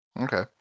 Okay